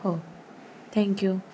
हो थँक्यू